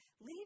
leave